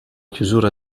chiusura